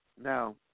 Now